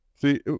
See